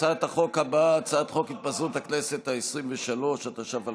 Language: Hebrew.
הצעת חוק התפזרות הכנסת העשרים-ושלוש, התש"ף 2020,